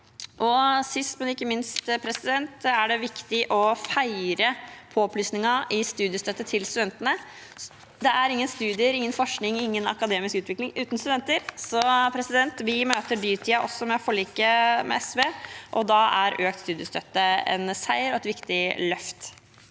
Sist, men ikke minst er det viktig å feire påplussingen i studiestøtte til studentene. Det er ingen studier, ingen forskning og ingen akademisk utvikling uten studenter. Så vi møter dyrtiden også med forliket med SV, og da er økt studiestøtte en seier og et viktig løft.